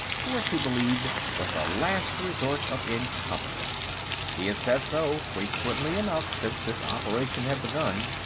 force, he believed, was the last resort of incompetence he had said so frequently enough since this operation had begun.